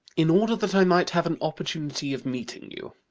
in order that i might have an opportunity of meeting you.